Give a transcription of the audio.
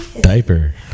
Diaper